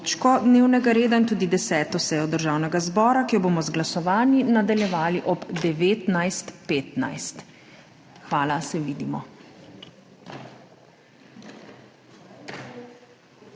Hvala. Se vidimo.